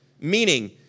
Meaning